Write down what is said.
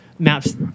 maps